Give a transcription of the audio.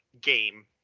game